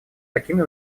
такими